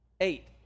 Eight